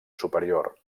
superior